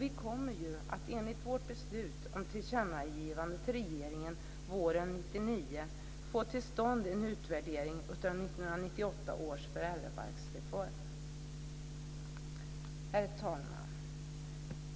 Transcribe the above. Vi kommer, genom vårt beslut om tillkännagivande till regeringen våren 1999, få till stånd en utvärdering av 1998 års föräldrabalksreform. Herr talman!